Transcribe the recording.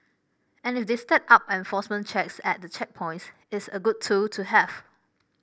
and if they step up enforcement checks at the checkpoints it's a good tool to have